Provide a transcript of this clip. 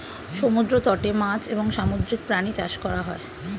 সমুদ্র তটে মাছ এবং সামুদ্রিক প্রাণী চাষ করা হয়